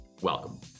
Welcome